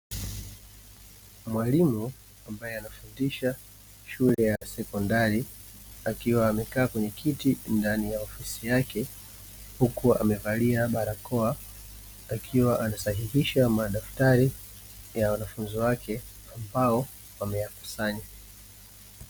Mwalimu ambaye anafundisha shule ya sekondari akiwa amekaa kwenye kiti ndani ya ofisi yake, huku amevalia barakoa akiwa anasahihisha madaftari ya wanafunzi wake ambao wameyakusanya.